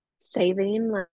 saving